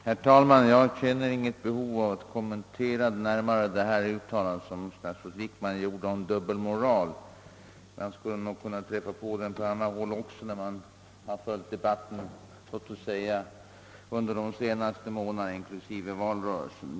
Herr talman! Jag känner inget behov av att närmare kommentera det uttalande som statsrådet Wickman gjorde om dubbelmoral; man kan nog träffa på sådan på annat håll också — det har man en känsla av sedan man följt debatten de senaste månaderna inklusive under valrörelsen.